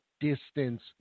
distance